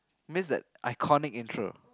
we missed that iconic intro